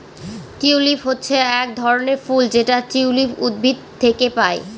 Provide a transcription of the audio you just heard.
tulip হচ্ছে এক ধরনের ফুল যেটা টিউলিপ উদ্ভিদ থেকে পায়